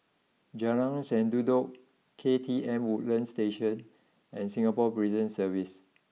Jalan Sendudok K T M Woodlands Station and Singapore Prison Service